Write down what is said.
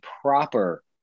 proper